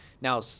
Now